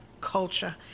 culture